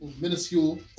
minuscule